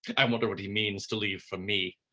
i wonder what he means to leave for me.